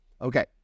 okay